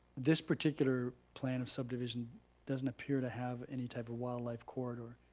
this particular plan of subdivision doesn't appear to have any type of wildlife corridor.